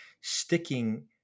sticking